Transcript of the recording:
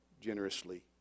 generously